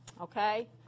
Okay